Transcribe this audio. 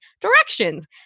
directions